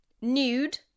Nude